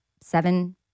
seven